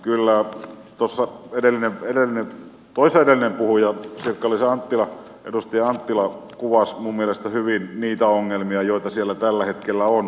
kyllä tuossa edellämme verhot pois erhu ja sirkka toissaedellinen puhuja edustaja anttila kuvasi minun mielestäni hyvin niitä ongelmia joita siellä tällä hetkellä on